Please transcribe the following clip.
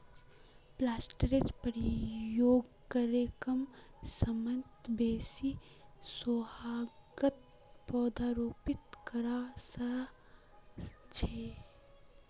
प्लांटरेर प्रयोग करे कम समयत बेसी जोगहत पौधरोपण करवा सख छी